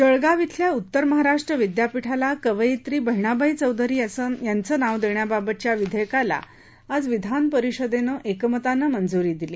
जळगाव इथल्या उत्तर महाराष्ट्र विद्यापीठाला कवयित्री बहिणाबाई चौधरी यांचं नाव देण्याबाबतच्या विधेयकाला आज विधान परिषदेनं एकमतानं मंजुरी दिली